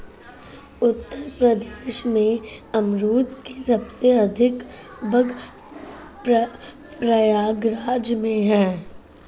उत्तर प्रदेश में अमरुद के सबसे अधिक बाग प्रयागराज में है